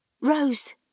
Rose